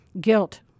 Guilt